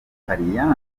butaliyani